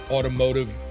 Automotive